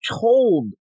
told